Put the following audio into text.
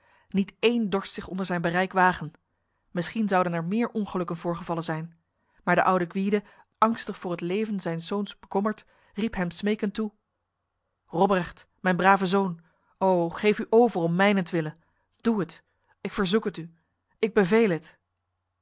niet één dorst zich onder zijn bereik wagen misschien zouden er meer ongelukken voorgevallen zijn maar de oude gwyde angstig voor het leven zijns zoons bekommerd riep hem smekend toe robrecht mijn brave zoon o geef u over om mijnentwille doet het ik verzoek het u ik beveel het